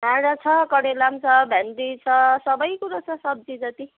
गाजर छ करेला पनि छ भेन्डी छ सबै कुरो छ सब्जी जति